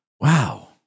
Wow